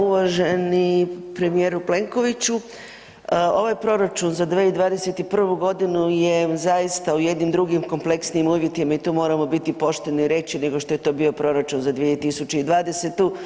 Uvaženi premijeru Plenkoviću ovaj proračun za 2021. godinu je zaista u jednim drugim kompleksnijim uvjetima i tu moramo biti pošteni i reći nego što je to bio proračun za 2020.